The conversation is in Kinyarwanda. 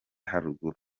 haruguru